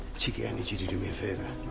cheeky, i need you to do me a favor.